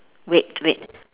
wait wait